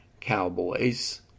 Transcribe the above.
Cowboys